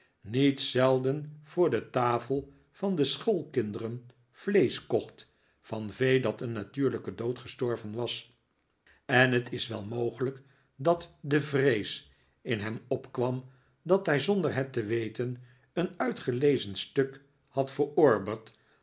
niet zelden voor de tafel van de schoolkinderen vleesch kocht van vee dat een natuurlijken dood gestorven was en het is wel mogelijk dat de vrees in hem opkwam dat hij zonder het te weten een uitgelezen stuk had